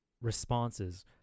Responses